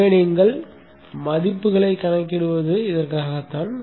எனவே நீங்கள் மதிப்புகளை கணக்கிடுவது இதற்காகத்தான்